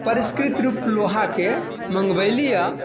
परिष्कृत रूप लोहा के मंगेबेली हँ